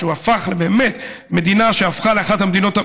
שהוא הפך באמת מדינה שהפכה לאחת המדינות,